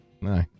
No